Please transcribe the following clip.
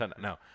no